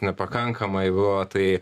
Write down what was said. nepakankamai buvo tai